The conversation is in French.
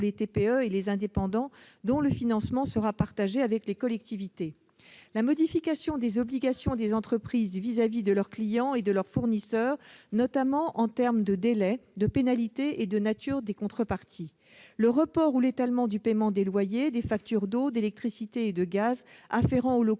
les TPE et les indépendants, dont le financement sera partagé avec les collectivités, la modification des obligations des entreprises à l'égard de leurs clients et de leurs fournisseurs, notamment en termes de délais, de pénalités et de nature des contreparties, le report ou l'étalement du paiement des loyers, des factures d'eau, d'électricité et de gaz afférents aux locaux